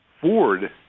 Ford